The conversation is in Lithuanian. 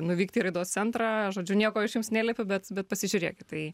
nuvykt į raidos centrą žodžiu nieko aš jums neliepiu bet bet pasižiūrėkit tai